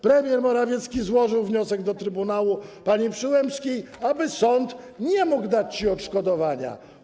Premier Morawiecki złożył wniosek do trybunału pani Przyłębskiej, aby sąd nie mógł dać ci odszkodowania.